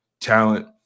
Talent